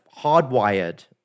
hardwired